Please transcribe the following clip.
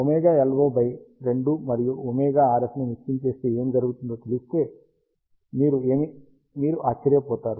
ωLO by 2 మరియు ωRF ని mixing చేస్తే ఏమి జరుగుతుందో తెలిస్తే ఏమి మీరు ఆశ్చర్యపోతారు